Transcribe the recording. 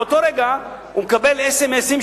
מאותו רגע הוא מקבל אס.אם.אסים,